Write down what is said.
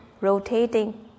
rotating